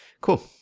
Cool